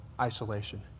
isolation